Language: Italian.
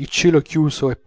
un cielo chiuso e